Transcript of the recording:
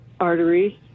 arteries